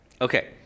Okay